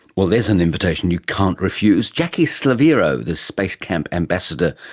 well, there's and invitation you can't refuse. jackie slaviero, the space camp ambassador.